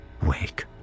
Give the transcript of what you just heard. wake